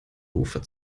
ufer